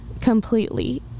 completely